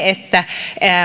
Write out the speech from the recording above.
että